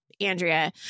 andrea